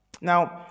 Now